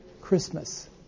Christmas